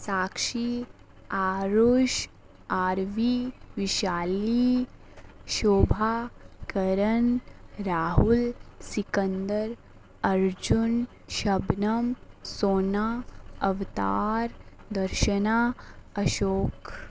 Sakshi Aarush Aarvi Vishali Shobha Karan Rahul Sikandar Arjun Shabnam Sona Avtar Darshana Ashok